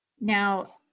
Now